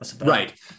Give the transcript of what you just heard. right